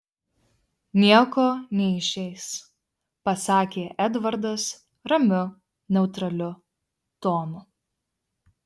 nieko neišeis pasakė edvardas ramiu neutraliu tonu